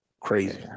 Crazy